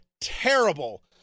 terrible